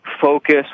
focus